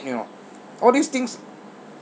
you know all these things